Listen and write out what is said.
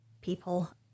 people